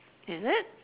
is it